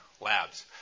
labs